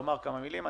לומר כמה מילים.